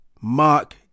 Mark